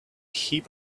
heap